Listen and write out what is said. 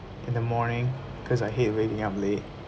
in the morning because I hate waking up late